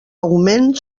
augment